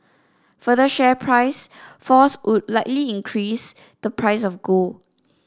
further share price falls would likely increase the price of gold